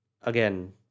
Again